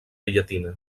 llatina